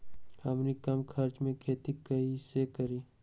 हमनी कम खर्च मे खेती कई से करी?